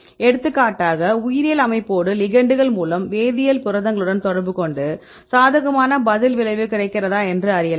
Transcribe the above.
எடுத்துக்காட்டாக உயிரியல் அமைப்போடு லிகெெண்டுகள் மூலம் வேதியியல் புரதங்களுடன் தொடர்புகொண்டு சாதகமான பதில் விளைவு கிடைக்கிறதா என்று அறியலாம்